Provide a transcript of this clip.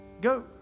Go